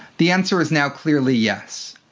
the answer is now clearly yes.